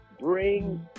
Bring